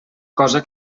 cosa